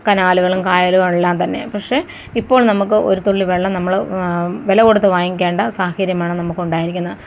കനാലുകളും കായലുകളെല്ലാം തന്നെ പക്ഷേ ഇപ്പോൾ നമുക്ക് ഒരു തുള്ളി വെള്ളം നമ്മള് വിലകൊടുത്ത് വാങ്ങിക്കേണ്ട സാഹചര്യമാണ് നമുക്ക് ഉണ്ടായിരിക്കുന്നത്